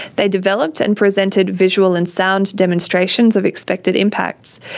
they developed and presented visual and sound demonstrations of expected impacts,